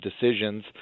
decisions